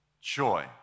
joy